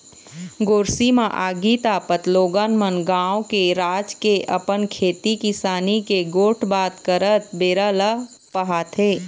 गोरसी म आगी तापत लोगन मन गाँव के, राज के, अपन खेती किसानी के गोठ बात करत बेरा ल पहाथे